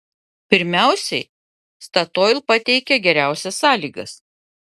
pirmiausiai statoil pateikė geriausias sąlygas